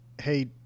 Hey